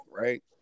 right